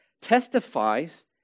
testifies